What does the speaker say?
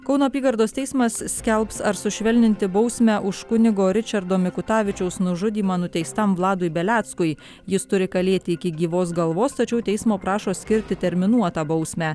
kauno apygardos teismas skelbs ar sušvelninti bausmę už kunigo ričardo mikutavičiaus nužudymą nuteistam vladui beleckui jis turi kalėti iki gyvos galvos tačiau teismo prašo skirti terminuotą bausmę